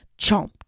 Chomp